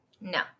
No